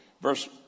Verse